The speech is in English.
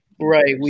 Right